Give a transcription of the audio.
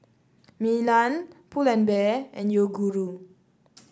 Milan Pull and Bear and Yoguru